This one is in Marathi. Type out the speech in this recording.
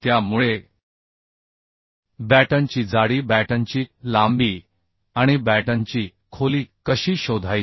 त्यामुळे बॅटनची जाडी बॅटनची लांबी आणि बॅटनची खोली कशी शोधायची